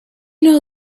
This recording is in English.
know